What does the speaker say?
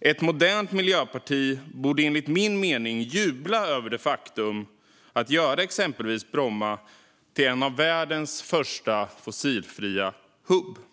Ett modernt miljöparti borde enligt min mening jubla över det faktum att man kan göra Bromma till en av världens första fossilfria hubbar.